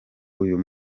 uyu